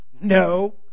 no